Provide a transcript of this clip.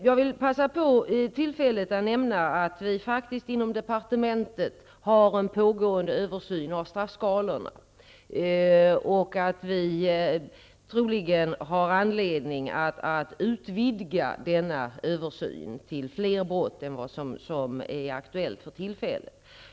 Jag vill passa på att nämna att inom departementet pågår en översyn av straffskalorna och att vi troligen har anledning att utvidga denna översyn till att gälla fler brott än dem som är aktuella för tillfället.